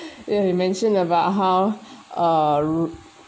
ya you mentioned about how uh ru~